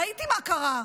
ראיתי מה קרה,